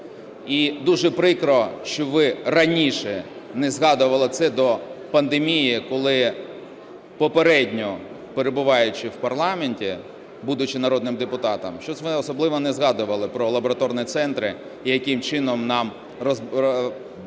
І дуже прикро, що ви раніше не згадували це до пандемії, коли попередньо, перебуваючи в парламенті, будучи народним депутатом, щось ви особливо не згадували про лабораторні центри і яким чином нам брати